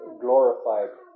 glorified